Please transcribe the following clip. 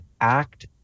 act